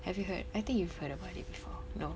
have you heard I think you've heard about it before no